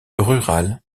rurale